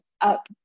up